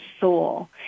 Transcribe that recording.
soul